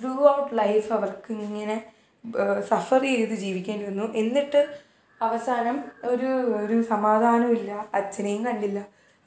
through out ലൈഫവർക്കിങ്ങനെ suffer ചെയ്ത് ജീവിക്കേണ്ടിവന്നു എന്നിട്ട് അവസാനം ഒരു ഒരു സമാധാനവില്ല അച്ഛനേം കണ്ടില്ല